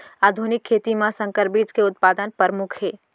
आधुनिक खेती मा संकर बीज के उत्पादन परमुख हे